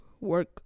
work